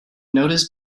notice